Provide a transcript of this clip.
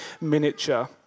miniature